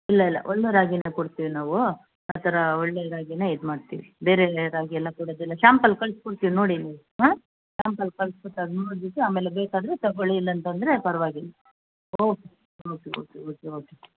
ಇಲ್ಲ ಇಲ್ಲ ಒಳ್ಳೆ ರಾಗಿನೇ ಕೊಡ್ತೀವಿ ನಾವು ಆ ಥರ ಒಳ್ಳೆ ರಾಗಿನೇ ಇದು ಮಾಡ್ತೀವಿ ಬೇರೆ ರಾಗಿ ಎಲ್ಲ ಕೊಡೋದಿಲ್ಲ ಶ್ಯಾಂಪಲ್ ಕಳ್ಸ್ಕೊಡ್ತೀವಿ ನೋಡಿ ನೀವು ಹಾಂ ಶ್ಯಾಂಪಲ್ ಕಳ್ಸ್ಕೊಟ್ಟು ಅದು ನೋಡಿಬಿಟ್ಟು ಆಮೇಲೆ ಬೇಕಾದರೆ ತಗೋಳ್ಳಿ ಇಲ್ಲಾಂತ ಅಂದರೆ ಪರವಾಗಿಲ್ಲ okay okay okay okay okay